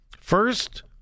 First